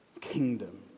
kingdom